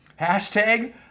hashtag